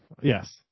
Yes